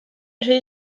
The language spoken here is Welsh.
rhy